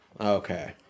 okay